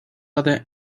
other